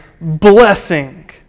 blessing